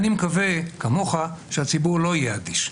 אני מקווה, כמוך, שהציבור לא יהיה אדיש.